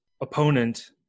opponent